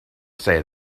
say